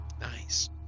Nice